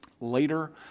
Later